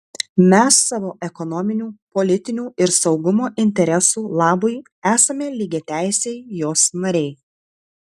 mes savo ekonominių politinių ir saugumo interesų labui esame lygiateisiai jos nariai